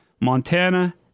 Montana